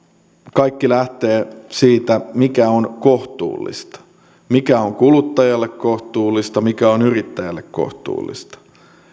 kaikki lähtee siitä mikä on kohtuullista mikä on kuluttajalle kohtuullista mikä on yrittäjälle kohtuullista